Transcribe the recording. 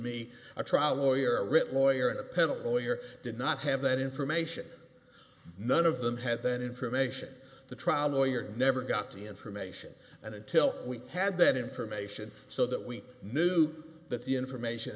me a trial lawyer a written lawyer and a penalty lawyer did not have that information none of them had that information the trial lawyer never got the information and until we had that information so that we knew that the information